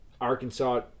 Arkansas